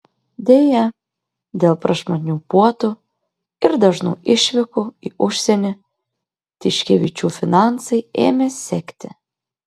deja dėl prašmatnių puotų ir dažnų išvykų į užsienį tiškevičių finansai ėmė sekti